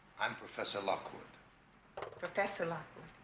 i'm professor lockwood professor lockwood